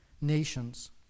nations